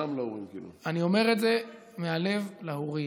ואני באמת אומר את זה מהלב לכל ההורים.